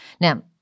Now